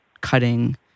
cutting